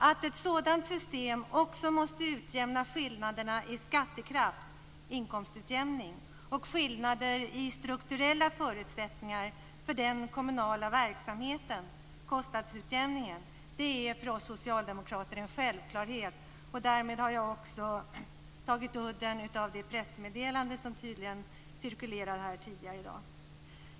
Att ett sådant system också måste utjämna skillnaderna i skattekraft - inkomstutjämning - och skillnader i strukturella förutsättningar för den kommunala verksamheten - kostnadsutjämning - är en självklarhet för oss socialdemokrater. Därmed har jag också tagit udden av det pressmeddelande som tydligen cirkulerade här tidigare i dag.